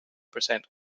percent